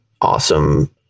awesome